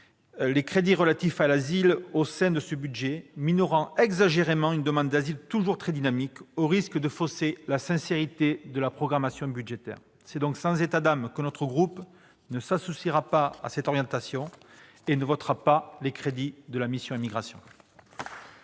les crédits relatifs à l'asile au sein de ce budget, minorant exagérément une demande d'asile toujours très dynamique, au risque de fausser la sincérité de la programmation budgétaire ». C'est donc sans états d'âme que notre groupe ne s'associera pas à ces orientations et ne votera pas les crédits de la mission « Immigration,